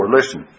Listen